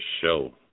show